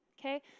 okay